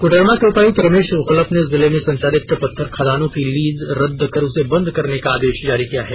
कोडरमा के उपायुक्त रमेश घोलप ने जिले में संचालित पत्थर खदानों का लीज रद्द कर उसे बंद करने का आदेश जारी किया है